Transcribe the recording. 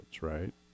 right